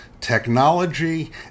technology